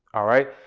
all right.